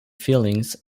feelings